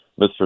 Mr